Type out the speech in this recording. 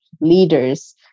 leaders